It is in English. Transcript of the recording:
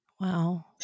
Wow